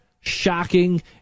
shocking